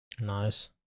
Nice